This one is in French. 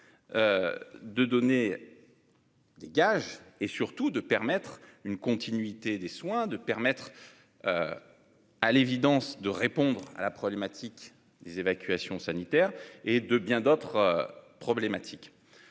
De donner. Des gages et surtout de permettre une continuité des soins, de permettre. À l'évidence de répondre à la problématique des évacuations sanitaires et de bien d'autres problématiques.